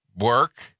work